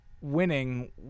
winning